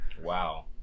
Wow